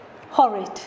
horrid